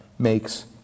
Makes